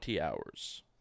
hours